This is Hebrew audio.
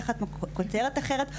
תחת כותרת אחרת,